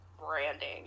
branding